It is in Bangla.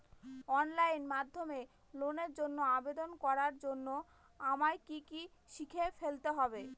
অনলাইন মাধ্যমে লোনের জন্য আবেদন করার জন্য আমায় কি কি শিখে ফেলতে হবে?